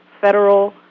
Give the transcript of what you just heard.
federal